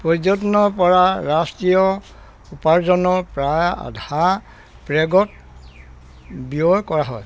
পৰ্যটনৰপৰা ৰাষ্ট্ৰীয় উপাৰ্জনৰ প্ৰায় আধা প্ৰেগত ব্যয় কৰা হয়